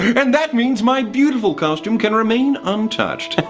and that means my beautiful costume can remain untouched.